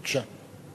בבקשה.